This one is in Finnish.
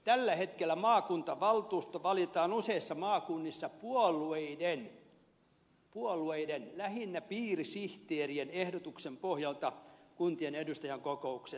tällä hetkellä maakuntavaltuusto valitaan useissa maakunnissa puolueiden siis puolueiden lähinnä piirisihteerien ehdotuksen pohjalta kuntien edustajainkokouksessa